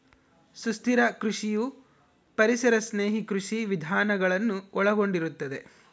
ಸುಸ್ಥಿರ ಕೃಷಿಯು ಪರಿಸರ ಸ್ನೇಹಿ ಕೃಷಿ ವಿಧಾನಗಳನ್ನು ಒಳಗೊಂಡಿರುತ್ತದೆ